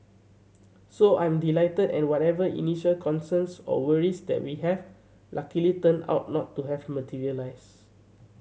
so I'm delighted and whatever initial concerns or worries that we have luckily turned out not to have materialise